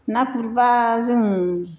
ना गुरबा जों